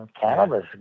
Cannabis